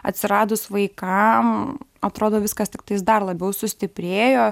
atsiradus vaikam atrodo viskas tiktais dar labiau sustiprėjo